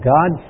God